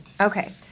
Okay